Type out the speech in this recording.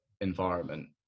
environment